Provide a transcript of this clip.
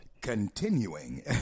continuing